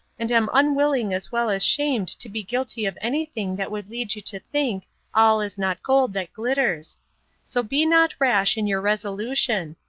and am unwilling as well as ashamed to be guilty of anything that would lead you to think all is not gold that glitters so be not rash in your resolution.